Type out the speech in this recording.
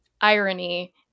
irony